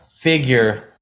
figure